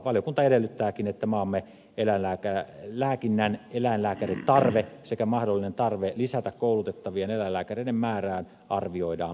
valiokunta edellyttääkin että maamme eläinlääkinnän eläinlääkäritarve sekä mahdollinen tarve lisätä koulutettavien eläinlääkäreiden määrää arvioidaan pikaisesti